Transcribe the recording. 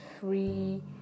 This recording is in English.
free